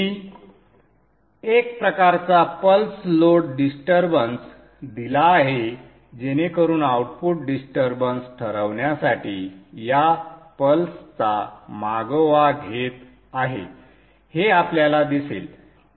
मी एक प्रकारचा pulse load disturbance दिला आहे जेणेकरुन आउटपुट डिस्टर्बन्स ठरवण्यासाठी या पल्सचा मागोवा घेत आहे हे आपल्याला दिसेल